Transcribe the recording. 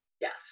Yes